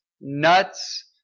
nuts